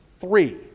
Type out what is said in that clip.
Three